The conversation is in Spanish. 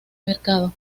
mercado